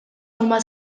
huma